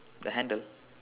the handle